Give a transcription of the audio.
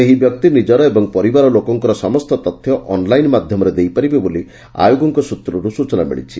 ସେହି ବ୍ୟକ୍ତି ନିଜର ଏବଂ ପରିବାର ଲୋକଙ୍କର ସମସ୍ତ ତଥ୍ୟ ଅନ୍ଲାଇନ୍ ମାଧ୍ଘମରେ ଦେଇପାରିବେ ବୋଲି ଆୟୋଗଙ୍କ ସୃତ୍ରରୁ ସୂଚନା ମିଳିଛି